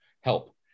help